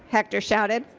hector shouted.